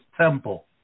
temple